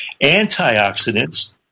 Antioxidants